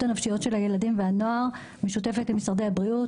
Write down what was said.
הנפשיות של הילדים והנוער; משותפת עם משרדי הבריאות,